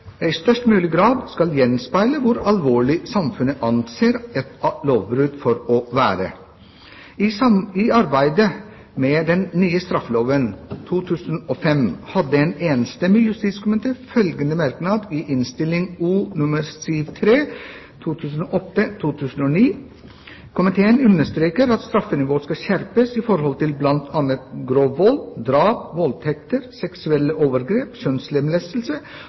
i størst mulig grad skal gjenspeile hvor alvorlig samfunnet anser et lovbrudd for å være. I arbeidet med den nye straffeloven 2005 hadde en enstemmig justiskomité følgende merknad i Innst. O. nr. 73 for 2008–2009: «Komiteen understreker at straffenivået skal skjerpes i forhold til bl.a. grov vold, drap, voldtekter, seksuelle overgrep, kjønnslemlestelse